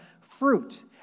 fruit